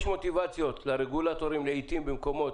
יש מוטיבציות לרגולטורים לעיתים במקומות,